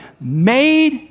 made